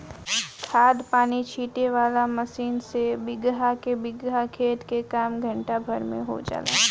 खाद पानी छीटे वाला मशीन से बीगहा के बीगहा खेत के काम घंटा भर में हो जाला